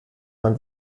man